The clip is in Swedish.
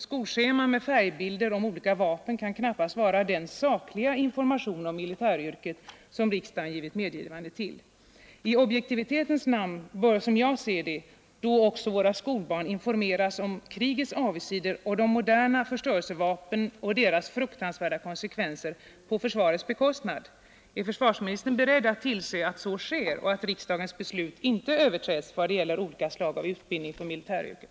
Skolscheman med färgbilder på olika vapen kan knappast vara den sakliga information om militäryrket som riksdagen givit medgivande till. I objektivitetens namn bör, som jag ser det, då också våra skolbarn informeras om krigets avigsidor och de moderna förstörelsevapnen och deras fruktansvärda konsekvenser — på försvarets bekostnad. Är försvarsministern beredd att tillse att så sker och att riksdagens beslut inte överträdes i vad det gäller olika slag av utbildning för militäryrket?